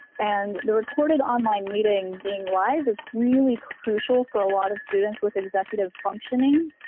and the recorded online meeting being live is really crucial for a lot of students with executive functioning